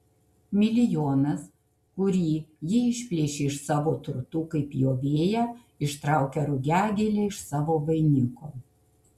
milijonas kurį ji išplėšė iš savo turtų kaip pjovėja ištraukia rugiagėlę iš savo vainiko